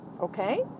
Okay